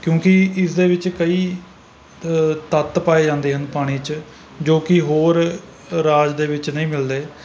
ਕਿਉਂਕਿ ਇਸ ਦੇ ਵਿੱਚ ਕਈ ਤ ਤੱਤ ਪਾਏ ਜਾਂਦੇ ਹਨ ਪਾਣੀ 'ਚ ਜੋ ਕਿ ਹੋਰ ਰਾਜ ਦੇ ਵਿੱਚ ਨਹੀਂ ਮਿਲਦੇ